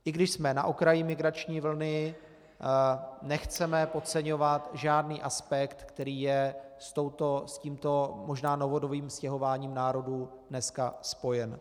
I když jsme na okraji migrační vlny, nechceme podceňovat žádný aspekt, který je s tímto možná novodobým stěhováním národů dneska spojen.